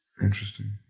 Interesting